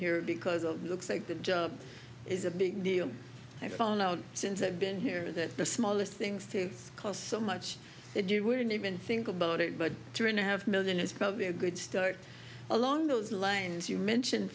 here because of looks like the job is a big deal i found out since i've been here that the smallest things to close so much that you wouldn't even think about it but two and a half million is probably a good start along those lines you mention